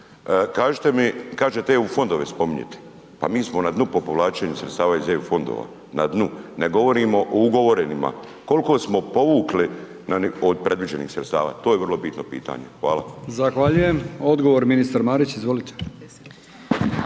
kažete eu fondove spominjete, pa mi smo na dnu po povlačenju sredstava iz eu fondova, na dnu. Ne govorimo o ugovorenima. Koliko smo povukli od predviđenih sredstava, to je vrlo bitno pitanje. Hvala. **Brkić, Milijan (HDZ)** Zahvaljujem. Odgovor ministar Marić. Izvolite.